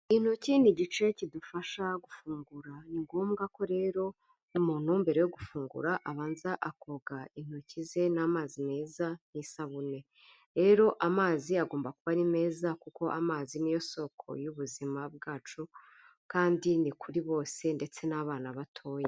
Intoki ni igice kidufasha gufungura. Ni ngombwa ko rero n'umuntu mbere yo gufungura abanza akoga intoki ze n'amazi meza n'isabune, rero amazi agomba kuba ari meza kuko amazi ni yo soko y'ubuzima bwacu kandi ni kuri bose ndetse n'abana batoya.